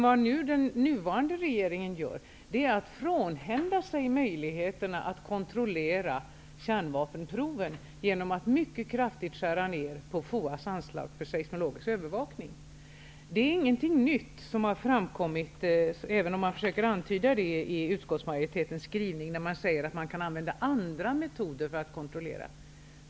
Vad den nuvarande regeringen gör är att frånhända sig möjligheterna att kontrollera kärnvapenprov genom att mycket kraftigt skära ner på FOA:s anslag för seismologisk övervakning. Det har inte framkommmmit något nytt, även om utskottsmajoriteten försöker antyda det i sin skrivning. Man säger att det går att använda andra metoder för att kontrollera.